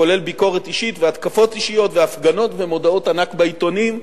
כולל ביקורת אישית והתקפות אישיות והפגנות ומודעות ענק בעיתונים,